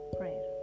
prayer